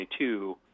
2022